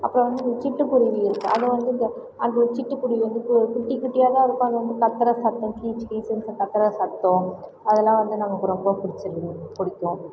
அப்போ வந்து சிட்டுக்குருவி இருக்கும் அதை வந்து இப்போ அது சிட்டு குருவி வந்து குட்டி குட்டியாக தான் உட்கார்ந்து வந்து கத்துகிற சத்தம் கீச் கீச்சுன்னு கத்துகிற சத்தம் அதெல்லாம் வந்து எனக்கு ரொம்ப பிடிச்சிருந்து பிடிக்கும்